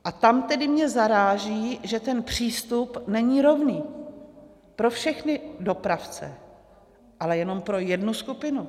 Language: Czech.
A tam tedy mě zaráží, že ten přístup není rovný pro všechny dopravce, ale jenom pro jednu skupinu.